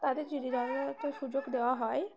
তাদের যদি যথাযথ সুযোগ দেওয়া হয়